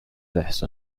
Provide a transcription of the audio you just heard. vest